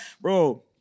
bro